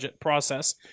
process